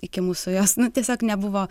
iki mūsų jos nu tiesiog nebuvo